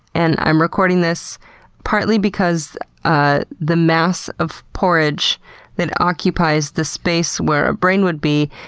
and i'm recording this partly because ah the mass of porridge that occupies the space where a brain would be,